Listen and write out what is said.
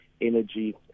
energy